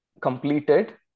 completed